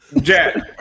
Jack